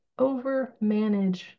overmanage